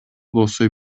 болсо